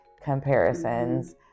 comparisons